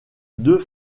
deux